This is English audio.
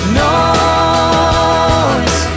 noise